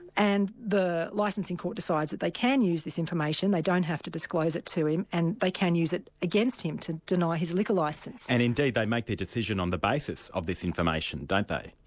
and the licensing court decides that they can use this information, they don't have to disclose it to him and they can use it against him to deny his liquor licence. and indeed, they make their decision on the basis of this information, don't they?